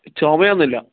ചുമയൊന്നും ഇല്ല